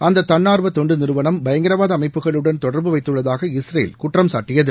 அந்த தன்னார்வ தொண்டு நிறுவனம் பயங்கரவாத அமைப்புகளுடன் தொடர்பு வைத்துள்ளதாக இஸ்ரேல் குற்றம்சாட்டியது